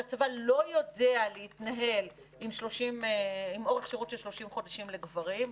שהצבא לא יודע להתנהל עם אורך שירות של 30 חודשים לגברים,